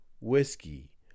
whiskey